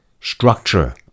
structure